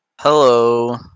hello